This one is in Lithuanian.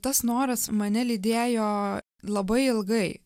tas noras mane lydėjo labai ilgai